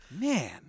man